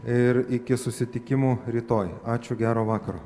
ir iki susitikimų rytoj ačiū gero vakaro